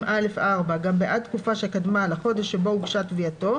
2(א)(4) גם בעד תקופה שקדמה לחודש שבו הוגשה תביעתו,